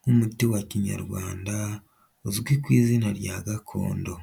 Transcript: nk'umuti wa kinyarwanda uzwi ku izina rya gakondo.